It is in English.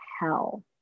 hell